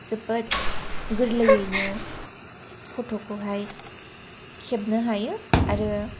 जोबोर गोरलैयैनो फट'खौहाय खेबनो हायो आरो